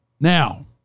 Now